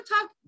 talk